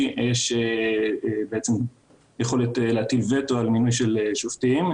יש יכולת להטיל וטו על מינוי של שופטים.